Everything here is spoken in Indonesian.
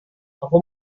aku